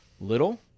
little